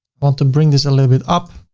want to bring this a little bit up.